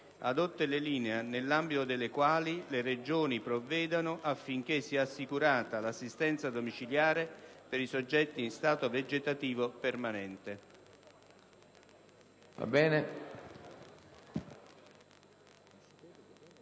adotta le linee guida nell'ambito delle quali le Regioni provvedono affinché sia assicurata l'assistenza domiciliare per i soggetti in stato vegetativo permanente".